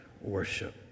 worship